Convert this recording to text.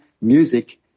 music